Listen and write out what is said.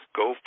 go